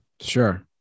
Sure